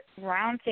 Roundtable